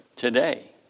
Today